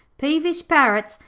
peevish parrots,